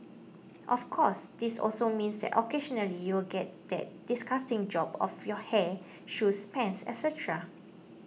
of course this also means that occasionally you'll get that disgusting job of your hair shoes pants etcetera